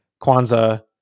Kwanzaa